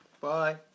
Bye